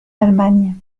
allemagne